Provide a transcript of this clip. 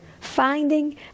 finding